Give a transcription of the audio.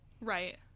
Right